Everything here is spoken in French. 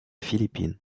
philippines